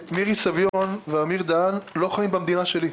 מירי סביון ואמיר דהן לא חיים במדינה שלי,